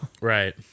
Right